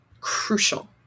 crucial